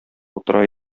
утыра